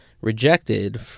rejected